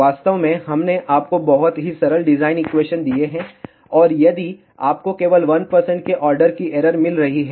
वास्तव में हमने आपको बहुत ही सरल डिज़ाइन एक्वेशन दिए हैं और यदि आपको केवल 1 के ऑर्डर की एरर मिल रही है